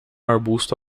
arbusto